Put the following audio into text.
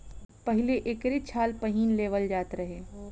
पहिले एकरे छाल पहिन लेवल जात रहे